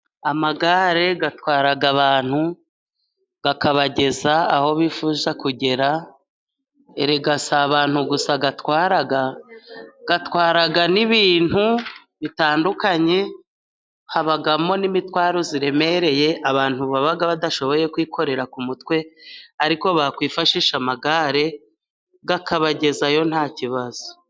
Amagare atwara abantu akabageza aho bifuza kugera. Erega si abantu gusa atwara, atwara n'ibintu bitandukanye, habamo n'imitwaro iremereye abantu baba badashoboye kwikorera ku mutwe, ariko bakwifashisha amagare akabagezayo nta kibazo.